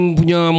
punya